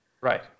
Right